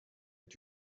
die